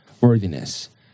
worthiness